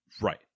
Right